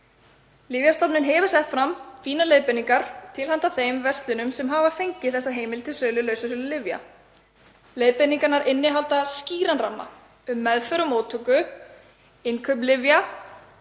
Lyfjastofnun hefur sett fram fínar leiðbeiningar til handa þeim verslunum sem hafa fengið þessa heimild til sölu lausasölulyfja. Leiðbeiningarnar innihalda skýran ramma um meðferð og móttöku, innkaup lyfja,